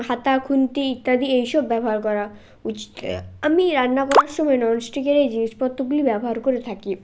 হাতা খুন্তি ইত্যাদি এইসব ব্যবহার করা উচিত আমি রান্না করার সময় ননস্টিকের এই জিনিসপত্রগুলি ব্যবহার করে থাকি